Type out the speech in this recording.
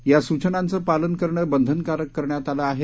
यास चनांचं पालन करणंबंधन कारककरण्यात आलंआहे